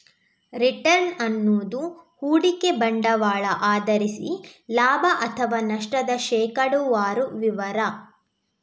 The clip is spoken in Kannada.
ರಿಟರ್ನ್ ಅನ್ನುದು ಹೂಡಿಕೆ ಬಂಡವಾಳ ಆಧರಿಸಿ ಲಾಭ ಅಥವಾ ನಷ್ಟದ ಶೇಕಡಾವಾರು ವಿವರ